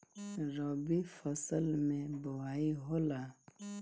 रबी फसल मे बोआई होला?